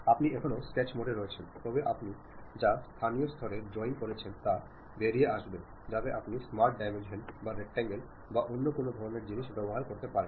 আপনি এখনও স্কেচ মোডে রয়েছেন তবে আপনি যে স্থানীয় স্তরে ড্রয়িং করছেন তা বেরিয়ে আসবে যাতে আপনি স্মার্ট ডাইমেনশন বা রেকট্যাঙ্গল বা অন্য কোনও ধরণের জিনিস ব্যবহার করতে পারেন